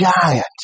giant